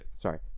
sorry